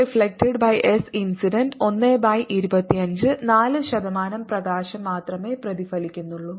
SreflectedSincident125 4 ശതമാനം പ്രകാശം മാത്രമേ പ്രതിഫലിക്കുന്നുള്ളൂ